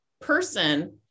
person